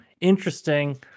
interesting